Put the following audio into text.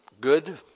good